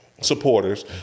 supporters